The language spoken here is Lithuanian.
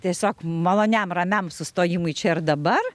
tiesiog maloniam ramiam sustojimui čia ir dabar